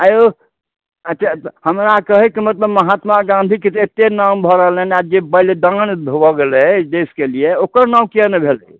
अएँ यौ अच्छे तऽ हमरा कहैके मतलब महात्मा गाँधीके जे एतेक नाम भऽ रहलनि ने आ जे बलिदान भऽ गेलै देशके लिए ओकर नओ किएक नहि भेल छै